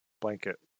blanket